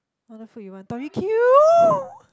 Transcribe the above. what other food you want Tori-Q